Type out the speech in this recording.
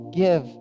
give